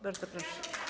Bardzo proszę.